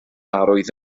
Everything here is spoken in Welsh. arwydd